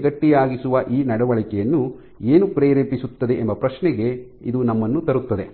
strain ಗಟ್ಟಿಯಾಗಿಸುವ ಈ ನಡವಳಿಕೆಯನ್ನು ಏನು ಪ್ರೇರೇಪಿಸುತ್ತದೆ ಎಂಬ ಪ್ರಶ್ನೆಗೆ ಇದು ನಮ್ಮನ್ನು ತರುತ್ತದೆ